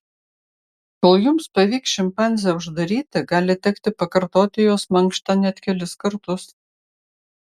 kol jums pavyks šimpanzę uždaryti gali tekti pakartoti jos mankštą net kelis kartus